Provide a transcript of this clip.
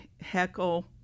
heckle